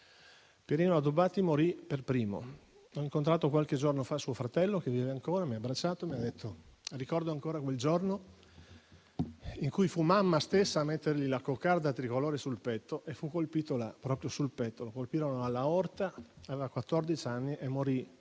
Pierino Addobbati morì per primo. Ho incontrato qualche giorno fa suo fratello che vive ancora, mi ha abbracciato e mi ha detto di ricordare ancora quel giorno in cui fu la sua stessa mamma a mettergli la coccarda tricolore sul petto. Fu colpito proprio sul petto: lo colpirono all'aorta, aveva quattrodici anni e morì